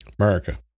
America